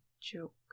joke